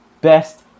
best